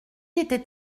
était